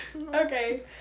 Okay